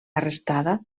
arrestada